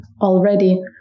already